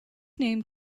named